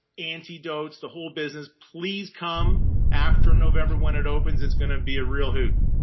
antidotes, the whole business. please come after november one it opens, it's going to be a real hoot.